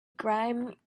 grime